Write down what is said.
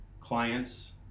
clients